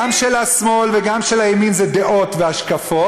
גם של השמאל וגם של הימין, זה דעות והשקפות.